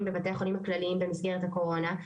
בבתי החולים הכלליים במסגרת הקורונה,